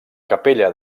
capella